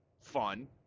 fun